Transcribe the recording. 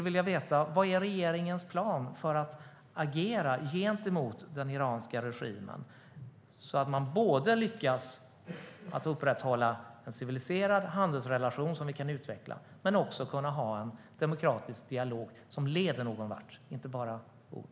Vilken är regeringens plan för agerandet gentemot den iranska regimen? Hur ska vi lyckas upprätthålla och utveckla en civiliserad handelsrelation och samtidigt kunna föra en demokratisk dialog som leder någonvart? Det får inte bara bli ord.